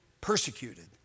persecuted